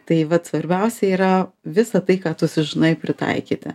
tai vat svarbiausia yra visa tai ką tu sužinai pritaikyti